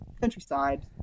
Countryside